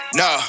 no